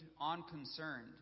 unconcerned